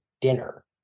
dinner